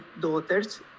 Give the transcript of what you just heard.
daughters